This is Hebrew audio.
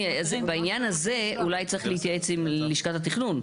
בעניין זה אולי צריך להתייעץ עם לשכת התכנון.